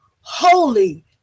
holy